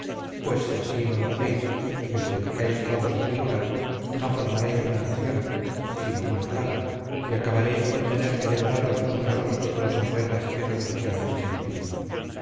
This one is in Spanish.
pues si así no lo hacéis y os dedicáis todos a figurar no formaréis una nación sino una plaga y acabaréis por tener que devoraros los unos a los otros en guerras y revoluciones sin fin